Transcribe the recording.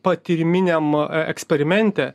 patyriminiam eksperimente